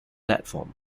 platform